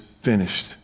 finished